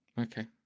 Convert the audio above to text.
Okay